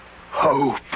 Hope